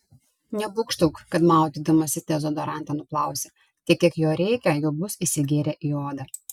nebūgštauk kad maudydamasi dezodorantą nuplausi tiek kiek jo reikia jau bus įsigėrę į odą